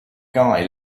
guy